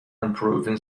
unproven